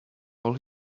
all